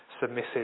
submissive